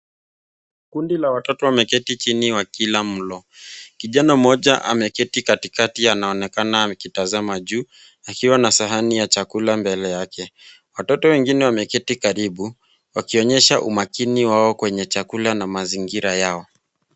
Kundi la watoto wameketi chini wakila mlo. Kijana mmoja ameketi katikati anaonekana akitazama juu, akiwa na sahani ya chakula mbele yake. Watoto wengine wameketi karibu, wakionyesha umakiniwao kwenye chakula na mazingira yao.